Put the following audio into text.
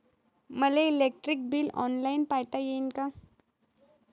मले electric bill online पायता येईन का?